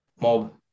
mob